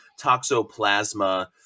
toxoplasma